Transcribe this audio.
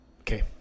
Okay